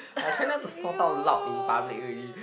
I was trying not to snort out loud in public already